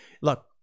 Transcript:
look